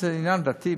זה עניין דתי,